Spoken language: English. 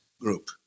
group